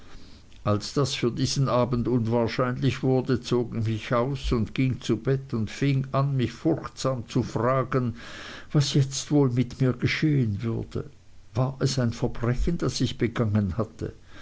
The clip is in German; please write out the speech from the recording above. als das für diesen abend unwahrscheinlich wurde zog ich mich aus und ging zu bett und fing an mich furchtsam zu fragen was jetzt wohl mit mir geschehen würde war es ein verbrechen das ich begangen hatte